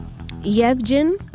Yevgen